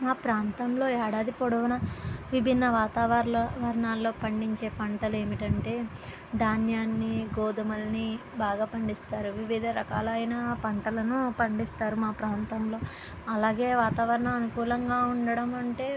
మా ప్రాంతంలో ఏడాది పొడవునా విభిన్న వాతావరణాల్లో పండించే పంటలు ఏమిటంటే ధాన్యాన్ని గోధుమలని బాగా పండిస్తారు వివిధ రకాలైన పంటలను పండిస్తారు మా ప్రాంతంలో అలాగే వాతావరణం అనుకూలంగా ఉండడం అంటే